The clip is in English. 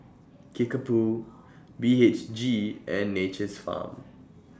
Kickapoo B H G and Nature's Farm